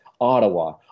ottawa